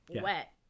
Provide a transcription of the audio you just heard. wet